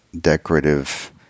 decorative